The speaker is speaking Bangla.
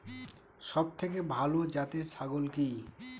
সবথেকে ভালো জাতের ছাগল কি?